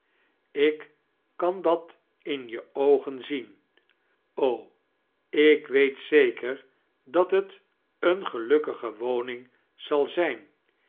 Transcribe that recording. ik kan dat in je oogen zien o ik wee zeker dat t eene gelukkige woning zal zijn